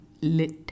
Lit